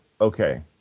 okay